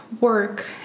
work